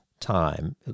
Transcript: Time